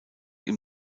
ihm